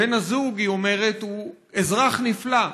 בן הזוג, היא אומרת, הוא אזרח נפלא: